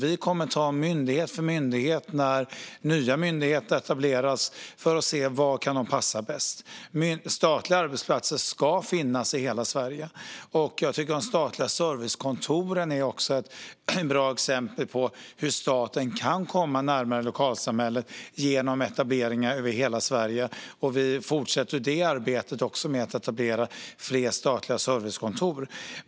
Vi kommer att ta myndighet för myndighet när nya myndigheter etableras för att se var de kan passa bäst. Statliga arbetsplatser ska finnas i hela Sverige. Jag tycker också att de statliga servicekontoren är ett bra exempel på hur staten kan komma närmare lokalsamhället genom etableringar över hela Sverige. Vi fortsätter arbetet med att etablera fler statliga servicekontor.